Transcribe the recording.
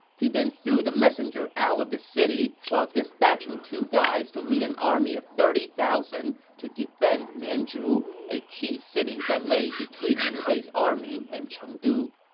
he then threw the messenger out of the city while dispatching two guys to lead an army of thirty thousand to defend mianzhu, a key city that laid between liu bei's army and chengdu.